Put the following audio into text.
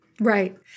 Right